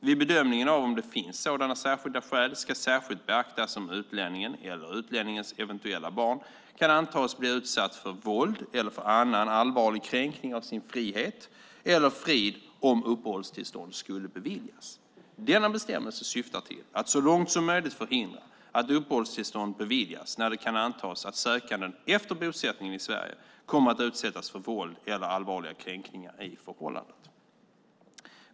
Vid bedömningen av om det finns sådana särskilda skäl ska särskilt beaktas om utlänningen eller utlänningens eventuella barn kan antas bli utsatt för våld eller för annan allvarlig kränkning av sin frihet eller frid om uppehållstillstånd skulle beviljas. Denna bestämmelse syftar till att så långt som möjligt förhindra att uppehållstillstånd beviljas när det kan antas att sökanden efter bosättningen i Sverige kommer att utsättas för våld eller allvarliga kränkningar i förhållandet.